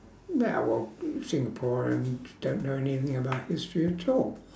now well singaporeans don't know anything about history at all